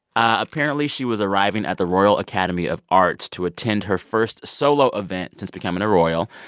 apparently, she was arriving at the royal academy of arts to attend her first solo event since becoming a royal.